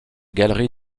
galerie